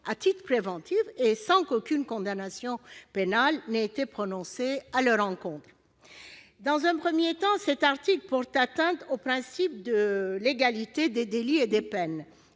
à titre préventif et sans qu'aucune condamnation pénale ait été prononcée à leur encontre. Un tel article porte atteinte au principe de légalité des délits et des peines.